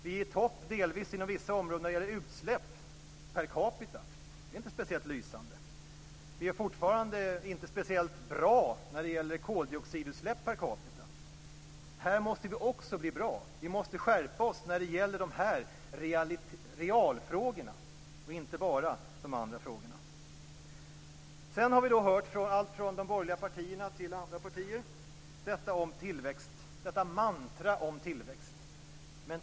Vi är delvis i topp inom vissa områden när det gäller utsläpp per capita. Det är inte speciellt lysande. Vi är fortfarande inte speciellt bra när det gäller koldioxidutsläpp per capita. Här måste vi också bli bra. Vi måste skärpa oss när det gäller dessa realfrågor - inte bara när det gäller de andra frågorna. Vi har hört alla partier, från borgerliga partier till andra partier, tala om tillväxt - detta mantra om tillväxt.